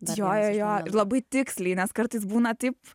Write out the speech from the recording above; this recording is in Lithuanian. jo jo jo ir labai tiksliai nes kartais būna taip